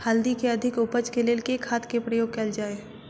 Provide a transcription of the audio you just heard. हल्दी केँ अधिक उपज केँ लेल केँ खाद केँ प्रयोग कैल जाय?